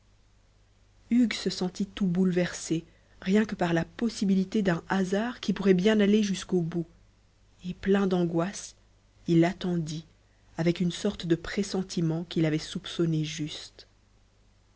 hugues se sentit tout bouleversé rien que par la possibilité d'un hasard qui pourrait bien aller jusqu'au bout et plein d'angoisse il attendit avec une sorte de pressentiment qu'il avait soupçonné juste